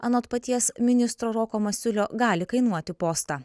anot paties ministro roko masiulio gali kainuoti postą